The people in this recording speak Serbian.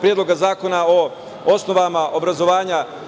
Predloga zakona o osnovama obrazovanja